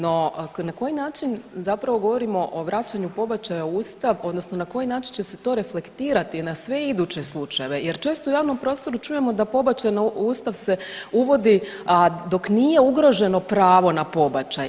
No, na koji način zapravo govorimo o vraćanju pobačaja u Ustav odnosno na koji način će se to reflektirati na sve iduće slučajeve jer često u javnom prostoru čujemo da pobačaj na Ustav se uvodi dok nije ugroženo pravo na pobačaj.